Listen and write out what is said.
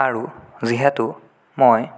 আৰু যিহেতু মই